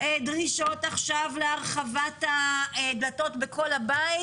דרישות עכשיו להרחבת הדלתות בכל הבית,